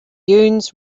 dunes